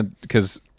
because-